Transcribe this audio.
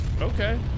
okay